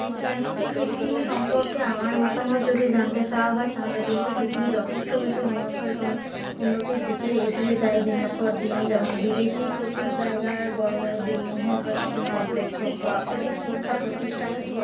উন্নত পৃথিবী সম্পর্কে আমার মতামত যদি জানতে চাওয়া হয় তাহলে বলব পৃথিবী যথেষ্ট বেশি উন্নত এবং উন্নতির দিকে এগিয়ে যায় দিনের পর দিন যেমন বিদেশি প্রচুর জায়গার বড়ো বড়ো বিল্ডিং হোক বা শপিং কমপ্লেক্স হোক বা অনেক শিক্ষাপ্রতিষ্ঠান